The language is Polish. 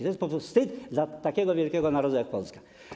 To jest po prostu wstyd dla takiego wielkiego narodu jak Polska.